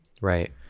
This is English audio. right